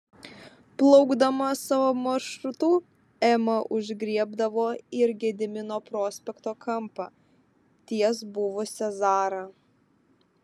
plaukdama savo maršrutu ema užgriebdavo ir gedimino prospekto kampą ties buvusia zara